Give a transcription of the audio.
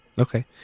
Okay